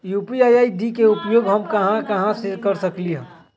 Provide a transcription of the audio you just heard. UPI ID के उपयोग हम कहां कहां कर सकली ह?